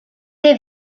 thé